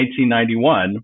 1991